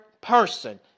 person